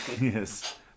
Yes